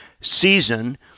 season